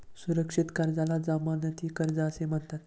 सुरक्षित कर्जाला जमानती कर्ज असेही म्हणतात